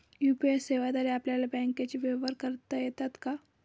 UPI सेवेद्वारे आपल्याला बँकचे व्यवहार करता येतात का?